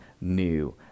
new